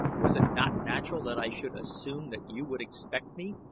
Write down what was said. was it not natural that i should assume that you would expect me,